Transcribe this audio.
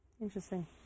Interesting